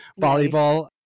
volleyball